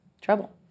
trouble